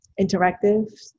interactive